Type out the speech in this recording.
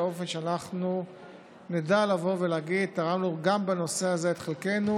באופן שאנחנו נדע להגיד: תרמנו גם בנושא הזה את חלקנו